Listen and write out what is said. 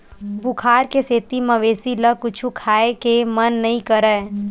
बुखार के सेती मवेशी ल कुछु खाए के मन नइ करय